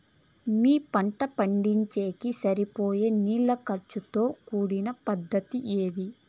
మీ పంట పండించేకి సరిపోయే నీళ్ల ఖర్చు తో కూడిన పద్ధతి ఏది?